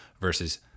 versus